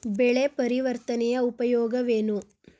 ಬೆಳೆ ಪರಿವರ್ತನೆಯ ಉಪಯೋಗವೇನು?